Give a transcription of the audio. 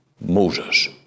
Moses